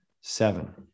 seven